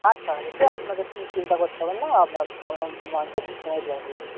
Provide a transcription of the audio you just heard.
আচ্ছা আচ্ছা সে আপনাকে চিন্তা করতে হবে না আপনার মাংস ঠিক সময়ে পৌঁছে যাবে